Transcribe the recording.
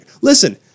Listen